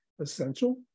essential